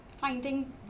finding